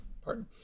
Pardon